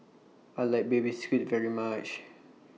I like Baby Squid very much